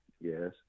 Yes